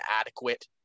adequate